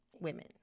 women